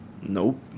Nope